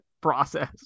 process